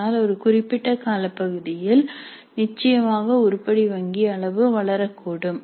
ஆனால் ஒரு குறிப்பிட்ட காலப்பகுதியில் நிச்சயமாக உருப்படி வங்கி அளவு வளரக்கூடும்